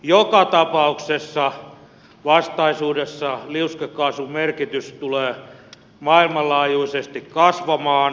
joka tapauksessa vastaisuudessa liuskekaasun merkitys tulee maailmanlaajuisesti kasvamaan